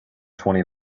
twenty